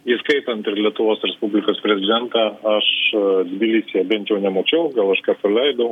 įskaitant ir lietuvos respublikos prezidentą aš tbilisyje bent jau nemačiau gal aš ką praleidau